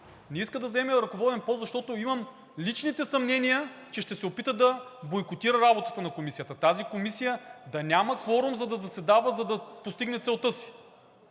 Не иска да заеме ръководен пост, защото имам личните съмнения, че ще се опита да бойкотира работата на Комисията, тази комисия да няма кворум, за да заседава, за да постигне целта си.